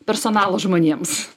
personalo žmonėms